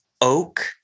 oak